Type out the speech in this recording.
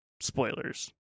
spoilers